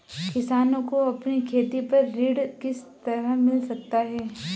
किसानों को अपनी खेती पर ऋण किस तरह मिल सकता है?